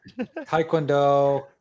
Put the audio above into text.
taekwondo